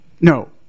no